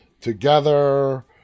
together